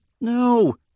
no